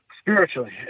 spiritually